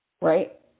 Right